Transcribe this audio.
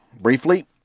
briefly